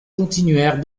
continuèrent